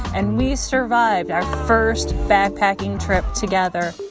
and we survived our first backpacking trip together